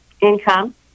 income